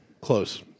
Close